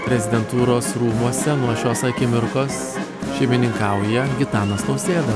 prezidentūros rūmuose nuo šios akimirkos šeimininkauja gitanas nausėda